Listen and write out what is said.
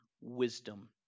wisdom